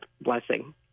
blessing